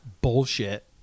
bullshit